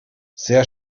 sehr